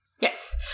Yes